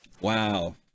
Wow